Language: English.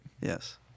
Yes